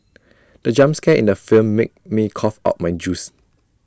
the jump scare in the film made me cough out my juice